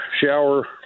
shower